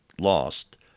lost